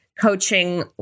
coaching